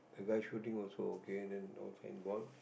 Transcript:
the guy shooting also okay then the signboard